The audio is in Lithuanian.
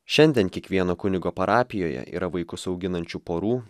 šiandien kiekvieno kunigo parapijoje yra vaikus auginančių porų